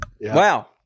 wow